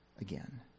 again